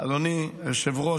אדוני היושב-ראש,